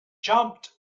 jumped